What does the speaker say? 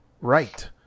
Right